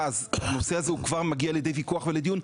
הנושא הזה כבר מגיע לידי ויכוח ולדיון.